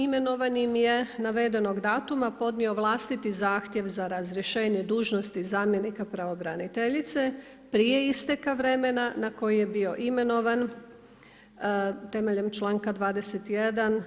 Imenovan je navedenog datuma podnio vlastiti zahtjev za razrješenje dužnosti zamjenika Pravobraniteljice, prije isteka vremena na koji je bio imenovan temeljem članka 21.